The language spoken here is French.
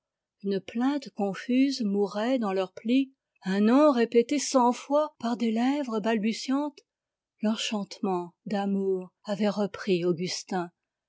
une plainte confuse mourait dans leurs plis un nom répété cent fois par des lèvres balbutiantes l'enchantement d'amour avait repris